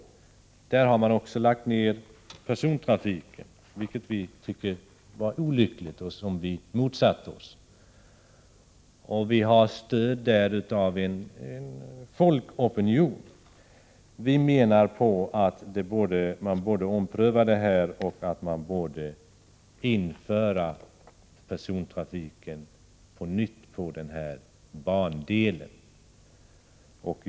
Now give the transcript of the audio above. Också på den sträckan har man lagt ner persontrafiken, vilket vi tycker är olyckligt och vilket vi också har motsatt oss. Vi har stöd i vår uppfattning av en folkopinion. Enligt vår mening borde man ompröva beslutet och införa persontrafiken på bandelen på nytt.